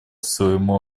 своему